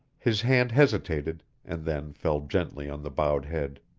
his hand hesitated, and then fell gently on the bowed head.